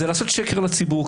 זה לעשות שקר לציבור,